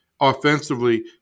Offensively